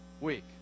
week